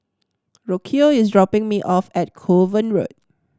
Rocio is dropping me off at Kovan Road